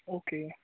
okay